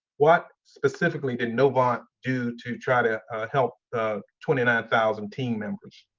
what specifically did novant do to try to help the twenty nine thousand team members?